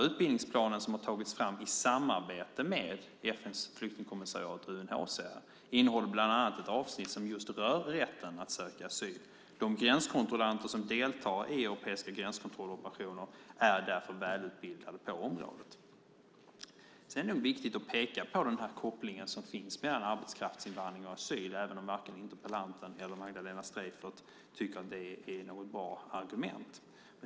Utbildningsplanen har tagits fram i samarbete med FN:s flyktingkommissariat och UNHCR och innehåller bland annat ett avsnitt som rör just rätten att söka asyl. De gränskontrollanter som deltar i europeiska gränskontrolloperationer är därför välutbildade på området. Sedan är det viktigt att peka på den koppling som finns mellan arbetskraftsinvandring och asyl, även om varken interpellanten eller Magdalena Streijffert tycker att det är något bra argument.